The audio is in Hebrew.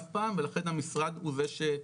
אף פעם ולכן המשרד הוא זה שממרכז.